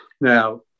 Now